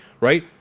right